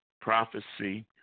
prophecy